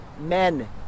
men